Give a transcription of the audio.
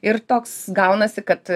ir toks gaunasi kad